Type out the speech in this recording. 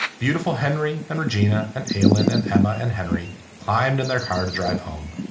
beautiful henry and regina and aylin and emma and henry climbed in their car to drive home